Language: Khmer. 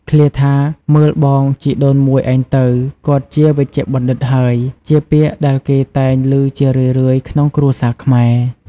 ឃ្លាថា “មើលបងជីដូនមួយឯងទៅ គាត់ជាវេជ្ជបណ្ឌិតហើយ” ជាពាក្យដែលគេតែងឮជារឿយៗក្នុងគ្រួសារខ្មែរ។